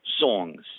songs